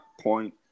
point